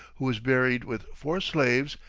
who was buried with four slaves,